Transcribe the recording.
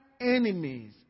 enemies